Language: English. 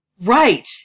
Right